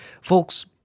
Folks